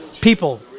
people